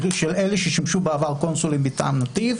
של אלה ששימשו בעבר קונסולים מטעם נתיב.